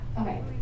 Okay